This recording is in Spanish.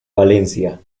valencia